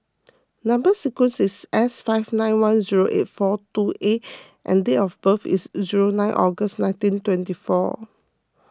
Number Sequence is S five nine one zero eight four two A and date of birth is zero nine August nineteen twenty four